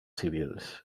civils